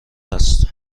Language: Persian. است